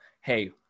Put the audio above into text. Hey